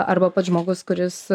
arba pats žmogus kuris